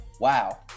wow